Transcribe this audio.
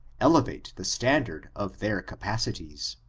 elevate the stand ard of their capacities.